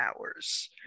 hours